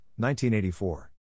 1984